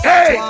Hey